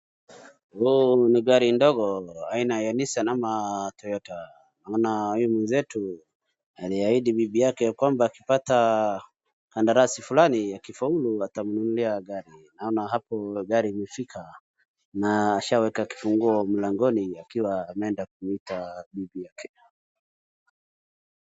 Huu ni gari ndogo aina ya Nissan ama Toyota. Kuna huyu mwenzetu aliahidi bibi yake ya kwamba akipata kandarasi fulani akifaulu atamnunulia gari. Naona hapo gari imefika na ashaweka kifunguo mlangoni akiwa ameenda kumwita bibi yake.